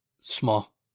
Small